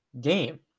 game